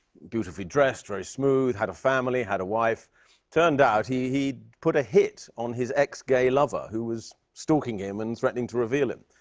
beautifully dressed. very smooth. had a family. had a wife. it turned out he he put a hit on his ex-gay lover who was stalking him and threatening to reveal him.